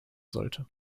sollte